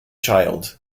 child